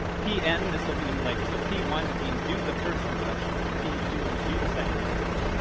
pn, this will mean like, so p one would mean, do the first instruction. p two would mean, do the second instruction.